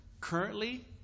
currently